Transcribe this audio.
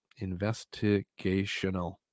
Investigational